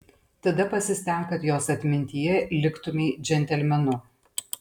tada pasistenk kad jos atmintyje liktumei džentelmenu